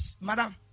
Madam